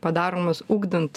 padaromos ugdant